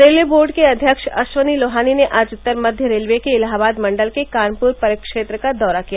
railway board के अध्यक्ष अश्वनी लोहानी ने आज उत्तर मध्य रेलये के इलाहाबाद मण्डल के कानपुर परिक्षेत्र का दौरा किया